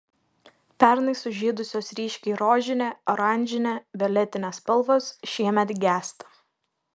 pernai sužydusios ryškiai rožinė oranžinė violetinė spalvos šiemet gęsta